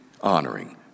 honoring